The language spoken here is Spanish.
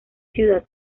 ciudad